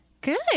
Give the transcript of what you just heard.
Good